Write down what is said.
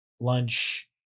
lunch